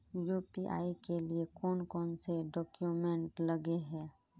UPI के लिए कौन कौन से डॉक्यूमेंट लगे है?